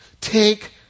Take